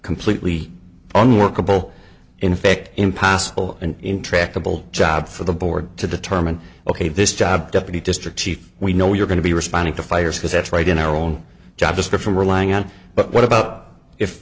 completely unworkable in fact impossible an intractable job for the board to determine ok this job deputy district chief we know you're going to be responding to fires because that's right in our own job description relying on but what about if